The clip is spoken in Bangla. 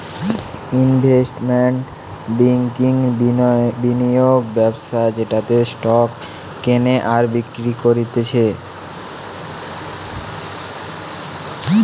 ইনভেস্টমেন্ট ব্যাংকিংবিনিয়োগ ব্যবস্থা যেটাতে স্টক কেনে আর বিক্রি করতিছে